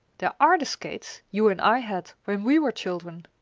there are the skates you and i had when we were children.